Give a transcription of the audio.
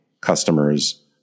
customers